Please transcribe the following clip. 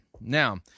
Now